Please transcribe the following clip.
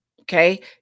okay